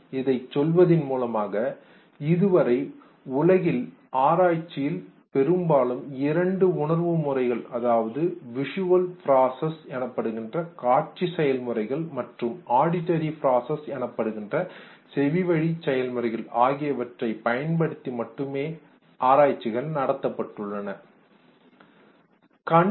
இதைச் சொல்வதின் மூலமாக இதுவரை உலகில் ஆராய்ச்சியில் பெரும்பாலும் இரண்டு உணர்வுமுறைகள் அதாவது விஷுவல் பிராஸஸ் காட்சி செயல்முறைகள் மற்றும் ஆடிட்டரி பிராஸஸ் செவிவழி செயல் முறைகள் ஆகியவற்றை பயன்படுத்தி மட்டுமே நடத்தப்பட்டு உள்ளன என்பதை ஒப்புக்கொள்கிறேன்